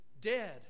dead